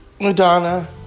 Madonna